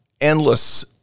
endless